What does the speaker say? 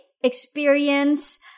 experience